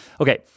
okay